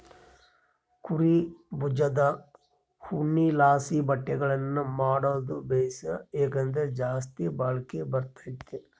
ಕುರೀ ಬುಜದ್ ಉಣ್ಣೆಲಾಸಿ ಬಟ್ಟೆಗುಳ್ನ ಮಾಡಾದು ಬೇಸು, ಯಾಕಂದ್ರ ಜಾಸ್ತಿ ಬಾಳಿಕೆ ಬರ್ತತೆ